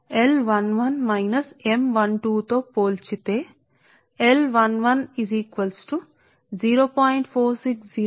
కాబట్టి మీరు ఈ రెండు సమీకరణములను 40 మరియు 41 పోల్చినప్పుడు ఇది అయే దాకా కొంచం ఆగండి కాబట్టి మీరు వాస్తవానికి L11 ను పోల్చినప్పుడు L11 దీనికి సమానం మీL11 మీ 40 మరియు 33 లను సరిపోల్చినపుడుకు సరే